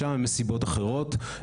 שם מסיבות אחרות.